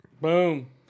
Boom